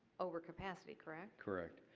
over capacity, correct? correct.